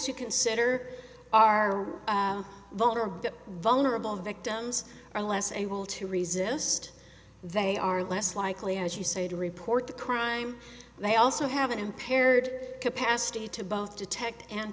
to consider are vulnerable vulnerable victims are less able to resist they are less likely as you say to report the crime they also have an impaired capacity to both detect and